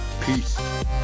Peace